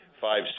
five